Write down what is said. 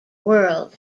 world